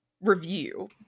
review